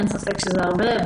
אין ספק שזה הרבה,